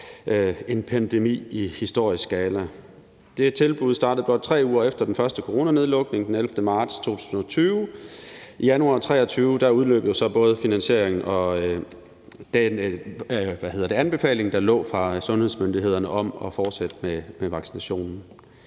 en pandemi i historisk skala. Det tilbud startede godt 3 uger efter den første coronanedlukning, den 11. marts 2020. I januar 2023 udløb både finansiering og den anbefaling, der lå fra sundhedsmyndighederne om at fortsætte med vaccinationen.